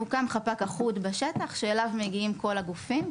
מוקם חפ"ק אחוד בשטח שאליו מגיעים כל הגופים,